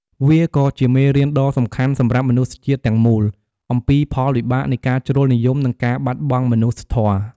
វាក៏ជាមេរៀនដ៏សំខាន់សម្រាប់មនុស្សជាតិទាំងមូលអំពីផលវិបាកនៃការជ្រុលនិយម និងការបាត់បង់មនុស្សធម៌។